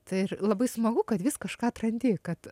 tai ir labai smagu kad vis kažką atrandi kad